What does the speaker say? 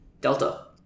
Delta